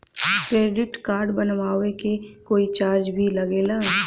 Credit card बनवावे के कोई चार्ज भी लागेला?